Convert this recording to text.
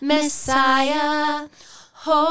Messiah